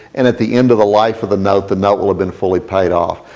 and at the end of the life of the note, the note will have been fully paid off.